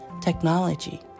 technology